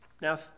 Now